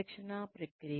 శిక్షణా ప్రక్రియ